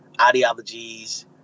ideologies